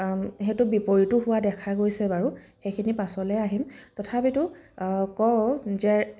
সেইটো বিপৰীতো হোৱা দেখা গৈছে সেইখিনি পাছলৈ আহিম তথাপিতো কওঁ যে